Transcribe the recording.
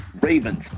Ravens